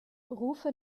rufe